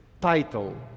title